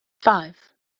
five